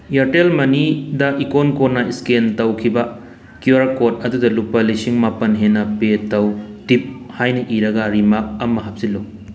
Airtel ꯃꯅꯤ ꯗ ꯏꯀꯣꯟ ꯀꯣꯟꯅ ꯁ꯭ꯀꯦꯟ ꯇꯧꯈꯤꯕ ꯀ꯭ꯌꯨ ꯑꯥꯔ ꯀꯣꯗ ꯑꯗꯨꯗ ꯂꯨꯄꯥ ꯂꯤꯁꯤꯡ ꯃꯄꯟ ꯍꯦꯟꯅ ꯄꯦ ꯇꯧ ꯇꯤꯞ ꯍꯥꯏꯅ ꯏꯔꯒ ꯔꯤꯃꯥꯔꯛ ꯑꯃ ꯍꯞꯆꯤꯜꯂꯨ